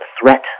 threat